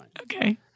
okay